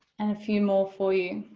and a few more for you.